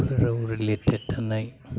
related थानाय